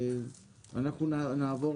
אנחנו נעבור